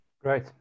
Great